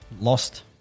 lost